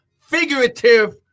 figurative